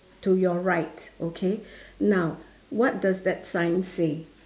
to your right okay now what does that sign say